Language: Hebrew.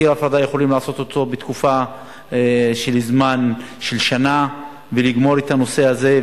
קיר הפרדה יכולים לעשות בתקופה של שנה ולגמור את הנושא הזה,